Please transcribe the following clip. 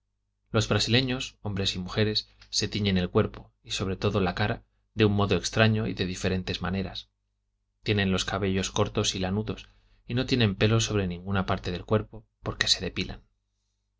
los brasileños hombres y mujeres se tiñen el cuerpo y sobre todo la cara de un modo extraño y de diferentes maneras tienen los cabellos cortos y lanudos y no tienen pelo sobre ninguna parte del cuerpo porque se depilan